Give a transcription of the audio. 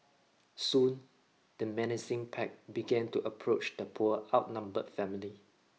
soon the menacing pack began to approach the poor outnumbered family